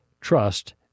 trust